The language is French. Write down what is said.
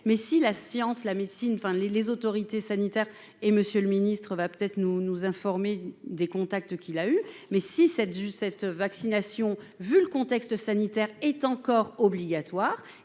mais si la science, la médecine, enfin les les autorités sanitaires et Monsieur le Ministre, va peut-être nous nous informer des contacts qu'il a eu, mais si cette juste cette vaccination, vu le contexte sanitaire est encore obligatoire,